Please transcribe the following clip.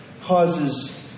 causes